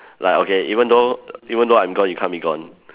like okay even though even though I'm gone you can't be gone